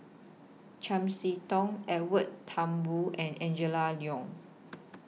Chiam See Tong Edwin Thumboo and Angela Liong